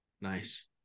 Nice